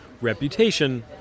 reputation